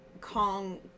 Kong